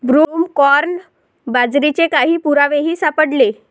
broomcorn बाजरीचे काही पुरावेही सापडले